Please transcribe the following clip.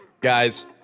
guys